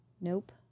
Nope